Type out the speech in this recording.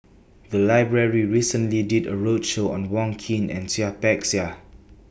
The Library recently did A roadshow on Wong Keen and Seah Peck Seah